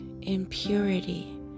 impurity